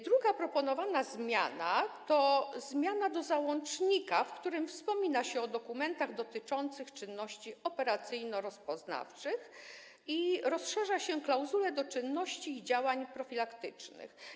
Druga proponowana zmiana to zmiana do załącznika, w którym wspomina się o dokumentach dotyczących czynności operacyjno-rozpoznawczych i rozszerza się klauzule odnośnie do czynności i działań profilaktycznych.